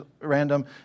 random